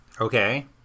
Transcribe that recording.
Okay